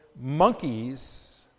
monkeys